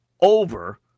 over